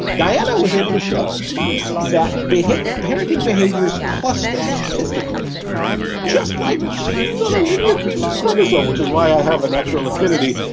diana was able to show that parenting behaviors cluster statistically just like genes on a linear piece of chromosome which is why i have a natural affinity.